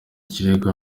kirego